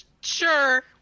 Sure